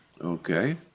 okay